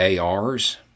ARs